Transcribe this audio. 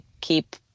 keep